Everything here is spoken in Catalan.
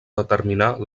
determinar